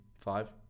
Five